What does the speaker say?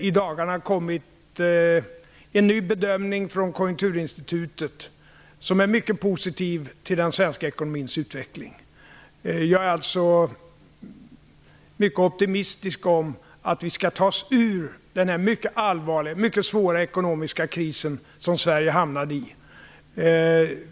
I dagarna har det kommit en ny bedömning från Konjunkturinstitutet som är mycket positiv till den svenska ekonomins utveckling. Jag är således mycket optimistisk när det gäller att vi skall ta oss ur den här mycket svåra ekonomiska krisen som Sverige hamnade i.